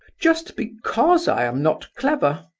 just because i am not clever.